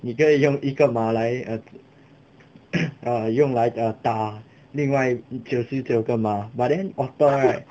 你可以用一个马来 err err 用来的打另外九十九的马 but then otter right